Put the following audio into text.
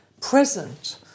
present